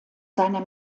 seiner